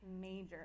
major